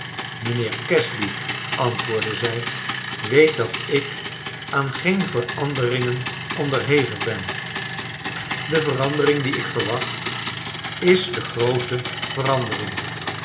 mijnheer casby antwoordde zij weet dat ik aa n geen veranderingen onderhevig ben de verandering die ik verwacht is de groote verandering